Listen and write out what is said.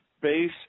Base